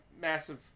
massive